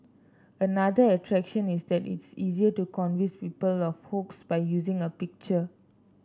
another attraction is that it is easier to convince people of a hoax by using a picture